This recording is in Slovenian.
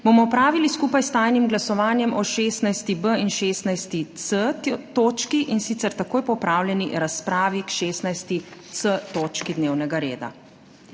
bomo opravili skupaj s tajnim glasovanjem o 16.b in 16.c točki, in sicer takoj po opravljeni razpravi k 16.c točki dnevnega reda.